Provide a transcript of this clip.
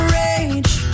rage